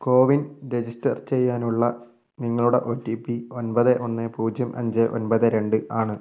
CoWIN register ചെയ്യാനുള്ള നിങ്ങളുടെ O T P ഒൻപത് ഒന്ന് പൂജ്യം അഞ്ച് ഒൻപത് രണ്ട് ആണ്